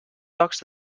llocs